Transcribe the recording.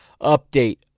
update